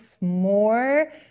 more